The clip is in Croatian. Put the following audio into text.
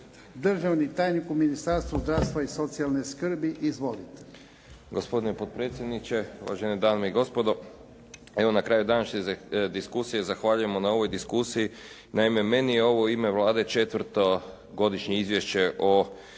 državni tajnik u Ministarstvu zdravstva i socijalne skrbi. Izvolite.